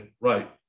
right